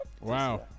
Wow